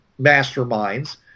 masterminds